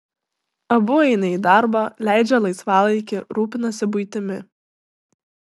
abu eina į darbą leidžia laisvalaikį rūpinasi buitimi